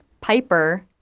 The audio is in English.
Piper